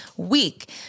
week